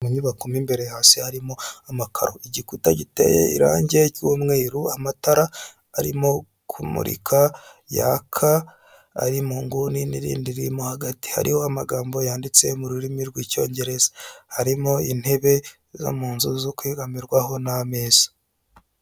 Iyubakoma mo imbere hasi harimo amaka igikuta giteye irange ry'umweru amatara arimo kumurika yaka ari mu nguni n'irindi riri mo hagati hariho amagambo yanditse mu rurimi rw'icyongereza, harimo intebe zo mu nzu zo kwegamirwaho n'ameza.